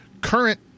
current